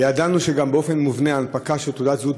וגם ידענו שבאופן מובנה הנפקה של תעודת זהות